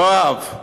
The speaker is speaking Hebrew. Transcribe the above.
יואב,